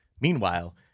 Meanwhile